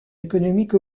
économique